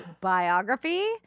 biography